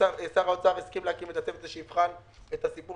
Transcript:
שר האוצר הסכים להקים צוות שיבחן את הסיפור